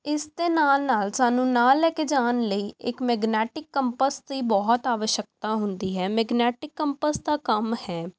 ਇਸ ਦੇ ਨਾਲ ਨਾਲ ਸਾਨੂੰ ਨਾਲ ਲੈ ਕੇ ਜਾਣ ਲਈ ਇੱਕ ਮੈਗਨੈਟਿਕ ਕੰਪਸ ਦੀ ਬਹੁਤ ਅਵਸ਼ਕਤਾ ਹੁੰਦੀ ਹੈ ਮੈਕਨੈਟਿਕ ਕੰਪਸ ਦਾ ਕੰਮ ਹੈ